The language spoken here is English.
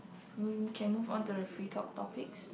we can move on to the free talk topics